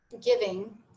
giving